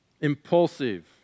Impulsive